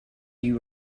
you